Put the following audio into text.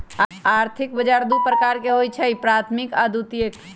आर्थिक बजार दू प्रकार के होइ छइ प्राथमिक आऽ द्वितीयक